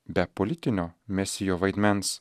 be politinio mesijo vaidmens